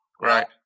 right